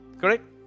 correct